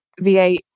v8